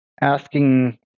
asking